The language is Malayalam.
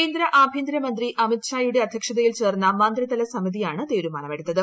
കേന്ദ്ര ആഭ്യന്തരമന്ത്രി അമിത് ഷായുടെ അദ്ധ്യക്ഷതയിൽ ചേർന്ന മന്ത്രിതല സമിതിയാണ് തീരുമാനമെടുത്തത്